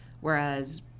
whereas